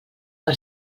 per